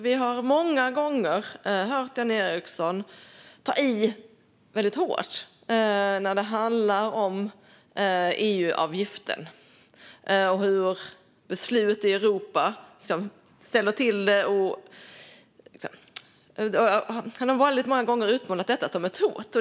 Vi har många gånger hört Jan Ericson ta i hårt vad gäller EU-avgiften och att beslut i Europa ställer till det, och han har utmålat detta som ett hot.